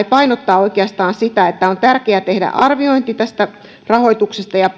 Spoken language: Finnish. painottaa sitä että on tärkeä tehdä arviointi rahoituksesta ja palkkatuesta ja